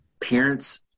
parents